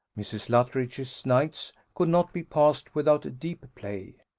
mrs. luttridge's nights could not be passed without deep play.